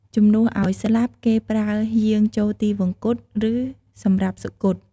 ជំនួសឲ្យ ស្លាប់ គេប្រើ យាងចូលទិវង្គត ឬ សម្រាប់សុគត។